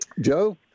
Joe